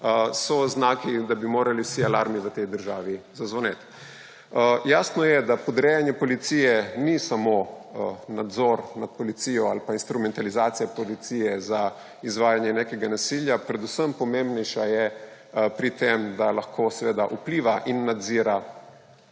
so znaki, da bi morali vsi alarmi v tej državi zazvoniti. Jasno je, da podrejanje policije ni samo nadzor nad policijo ali pa instrumentalizacijo policije za izvajanje nekega nasilja, predvsem pomembnejša je pri tem, da lahko seveda vpliva in nadzira